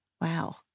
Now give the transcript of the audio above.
Wow